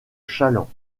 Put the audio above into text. challant